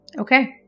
Okay